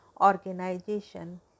organization